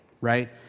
Right